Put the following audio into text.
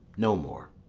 no more.